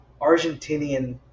Argentinian